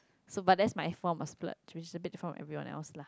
so but that's my form of splurge which is a bit different from everyone else